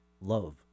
love